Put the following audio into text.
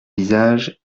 visage